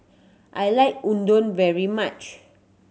I like Udon very much